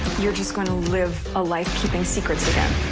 you're just going to live a life keeping secrets again?